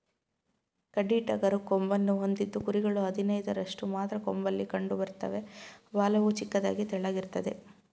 ಗಡ್ಡಿಟಗರು ಕೊಂಬನ್ನು ಹೊಂದಿದ್ದು ಕುರಿಗಳು ಹದಿನೈದರಷ್ಟು ಮಾತ್ರ ಕೊಂಬಲ್ಲಿ ಕಂಡುಬರ್ತವೆ ಬಾಲವು ಚಿಕ್ಕದಾಗಿ ತೆಳ್ಳಗಿರ್ತದೆ